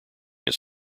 his